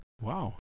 Wow